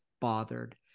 bothered